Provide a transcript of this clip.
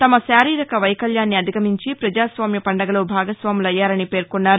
తమ శారీరక వైకల్యాన్ని అధిగమించి ప్రజాస్వామ్య పండగలో భాగస్వాములయ్యారని పేర్కొన్నారు